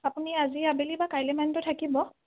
আপুনি আজি আবেলি বা কাইলে মানেটো থাকিব